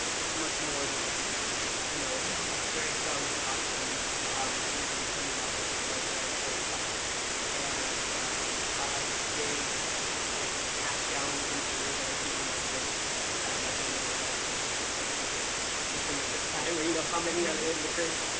it's much more than like an infusion you know, it's like a very strong decoction that usually comes out like blood red, sort of black and um i'll have these big like half gallon containers that i keep in my fridge that my roommates love because it's like what's what's in it this time? or you know how many and are in the fridge?